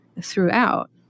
throughout